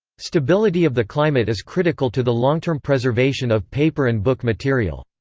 stability of the climate is critical to the long-term preservation of paper and book material.